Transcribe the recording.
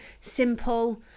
simple